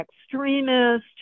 extremist